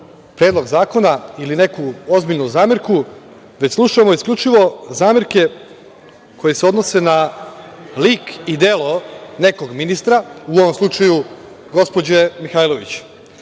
predlog zakona ili neku ozbiljnu zamerku, već slušamo isključivo zamerke koje se odnose na lik i delo nekog ministra, u ovom slučaju gospođe Mihajlović.